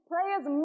Players